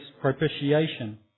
propitiation